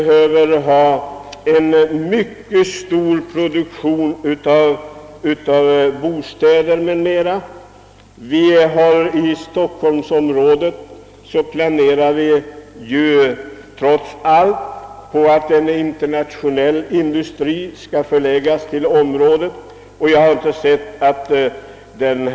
Härför krävs en mycket stor produktion av bostäder m.m. Till stockholmsområdet planerar man — trots allt — att förlägga en internationell industri; jag har inte hört att projektet är skrinlagt ännu.